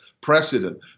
precedent